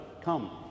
come